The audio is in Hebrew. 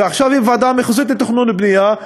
ועכשיו היא בוועדה המחוזית לתכנון ובנייה,